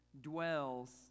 dwells